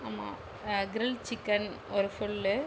ஆமாம் grill chicken ஒரு full